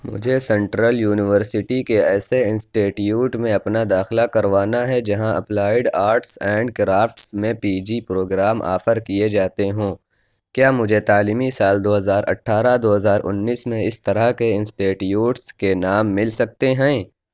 مجھے central university کے ایسے انسٹیٹیوٹ میں اپنا داخلہ کروانا ہے جہاں اپلائیڈ آرٹس اینڈ کرافٹس میں پی جی پروگرام آفر کیے جاتے ہوں کیا مجھے تعلیمی سال دو ہزار اٹھارہ دو ہزار انیس میں اس طرح کے انسٹیٹیوٹس کے نام مل سکتے ہیں